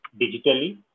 digitally